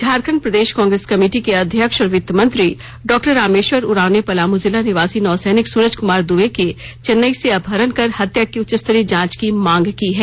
झारखंड प्रदेश कांग्रेस कमेटी के अध्यक्ष और वित्त मंत्री डॉ रामेश्वर उरांव ने पलामू जिला निवासी नौ सैनिक सुरज कुमार दुबे के चेन्नई से अपहरण कर हत्या की उच्चस्तरीय जांच की मांग की है